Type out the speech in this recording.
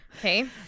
okay